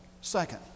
Second